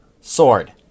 Sword